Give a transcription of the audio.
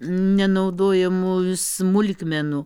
nenaudojamų smulkmenų